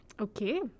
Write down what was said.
Okay